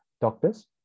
doctors